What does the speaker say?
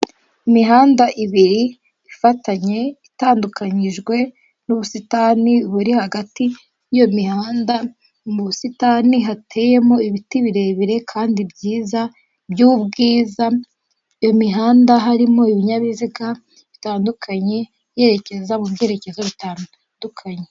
Imihanda ibiri ifatanye itandukanyijwe n'ubusitani buri hagati y'iyo mihanda, mu busitani hateyemo ibiti birebire kandi byiza by'ubwiza, imihanda harimo ibinyabiziga bitandukanye yerekeza mu byerekezo bitandukanye.